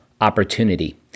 opportunity